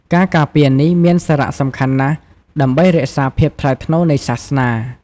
ការការពារនេះមានសារៈសំខាន់ណាស់ដើម្បីរក្សាភាពថ្លៃថ្នូរនៃសាសនា។